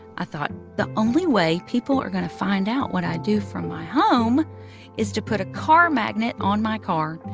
i thought the only way people are going to find out what i do from my home is to put a car magnet on my car.